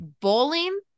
bowling